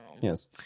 Yes